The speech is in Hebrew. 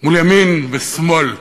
ימין מול שמאל.